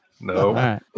No